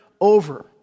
over